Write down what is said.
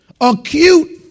acute